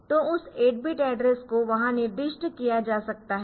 तो उस 8 bit address को वहां निर्दिष्ट किया जा सकता है